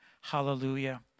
Hallelujah